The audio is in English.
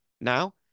Now